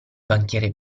banchiere